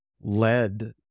led